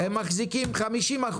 ואם יש רווח, זה סכום באמת זניח וזעום.